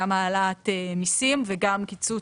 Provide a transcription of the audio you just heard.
גם העלאת מסים וגם קיצוץ בהוצאות.